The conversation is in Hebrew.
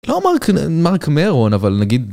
לא מארק.. מארק מיירון אבל נגיד